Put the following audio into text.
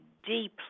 deeply